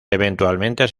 eventualmente